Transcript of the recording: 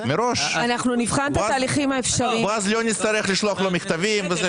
מראש ואז לא נצטרך לשלוח לו מכתבים וזה.